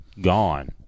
gone